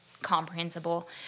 comprehensible